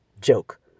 Joke